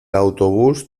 autobús